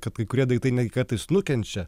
kad kai kurie daiktai netgi kartais nukenčia